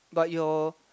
but your